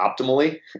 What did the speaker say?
optimally